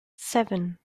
seven